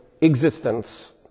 existence